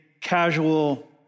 casual